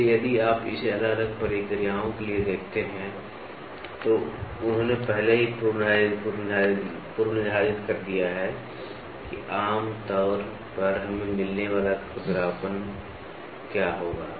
इसलिए यदि आप इसे अलग अलग प्रक्रियाओं के लिए देखते हैं तो उन्होंने पहले ही पूर्वनिर्धारित कर दिया है कि आमतौर पर हमें मिलने वाला खुरदरापन क्या होगा